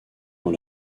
dans